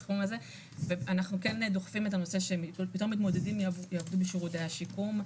ואנחנו כן דוחפים את הנושא שמתמודדים יעבדו בשירותי השיקום,